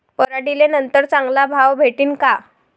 पराटीले नंतर चांगला भाव भेटीन का?